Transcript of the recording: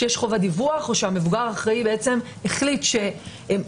שיש חובת דיווח או שהמבוגר האחראי החליט ובצדק